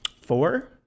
four